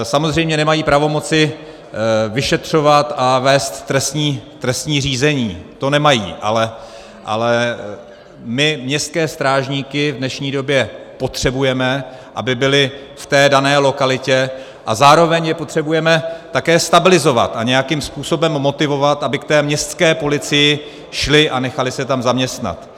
Samozřejmě nemají pravomoci vyšetřovat a vést trestní řízení, to nemají, ale my městské strážníky v dnešní době potřebujeme, aby byli v té dané lokalitě, a zároveň je potřebujeme také stabilizovat a nějakým způsobem motivovat, aby k té městské policii šli a nechali se tam zaměstnat.